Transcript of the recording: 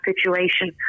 situation